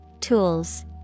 Tools